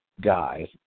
guys